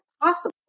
possible